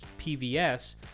PVS